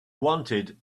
wanted